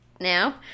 now